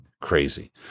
crazy